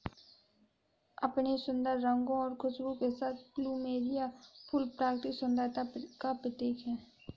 अपने सुंदर रंगों और खुशबू के साथ प्लूमेरिअ फूल प्राकृतिक सुंदरता का प्रतीक है